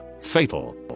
fatal